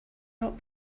not